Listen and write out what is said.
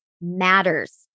matters